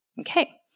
Okay